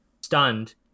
stunned